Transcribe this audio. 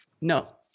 No